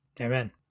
Amen